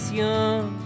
young